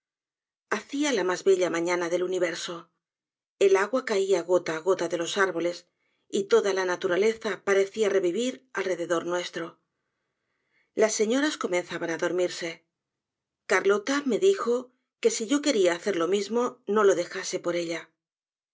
hacia la mas bella mañana del universo el agua caia gotaá gota de los árboles y toda la naturaleza parecía revivirfalrcdedór nuestro las señoras comenzaban adormirse cariota me dijo quesi yo queria hacer lo mismo no lo dejase por ella